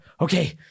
okay